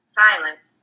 silence